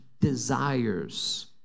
desires